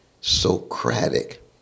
Socratic